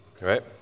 right